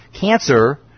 Cancer